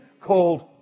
called